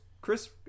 Chris